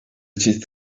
için